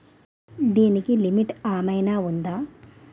దీనికి లిమిట్ ఆమైనా ఉందా?